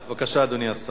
בבקשה, אדוני השר.